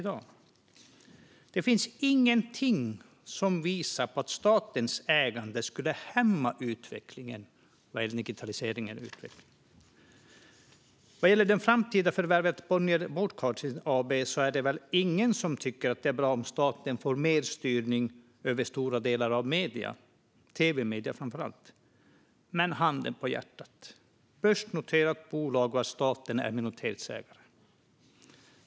Det finns ingenting som visar på att statens ägande skulle hämma utvecklingen av digitaliseringen. Vad gäller det framtida förvärvet av Bonnier Broadcasting AB är det väl ingen som tycker att det är bra om staten får mer styrning över stora delar av medierna, framför allt tv-mediet. Men handen på hjärtat, det handlar om ett börsnoterat bolag i vilket staten är minoritetsägare.